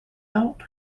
out